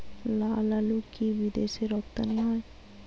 লালআলু কি বিদেশে রপ্তানি হয়?